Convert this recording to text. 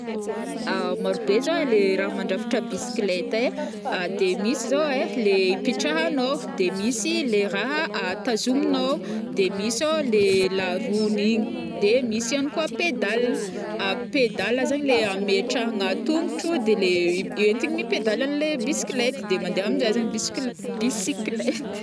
Maro be zao le raha mandrafitra bicyclette ai, de misy zao ai le ipitrahagnô, de misy le raha tazominô, de misy ao le la rouen'igny, de misy ihany koa pedale, pedale zegny le ametrahana tongotro de le entigny mipedaly anilay bicyclette de mandeha amizay zegny biscl-bicyclette.